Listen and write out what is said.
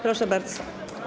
Proszę bardzo.